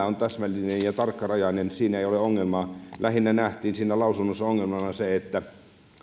on täsmällinen ja tarkkarajainen siinä ei ole ongelmaa siinä lausunnossa nähtiin ongelmana lähinnä se että